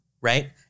Right